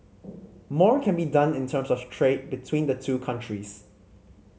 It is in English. more can be done in terms of trade between the two countries